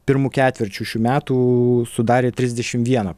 pirmu ketvirčiu šių metų sudarė trisdešim vieną